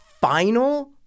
final